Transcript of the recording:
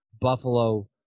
Buffalo